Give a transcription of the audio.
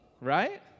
right